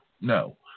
no